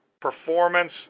performance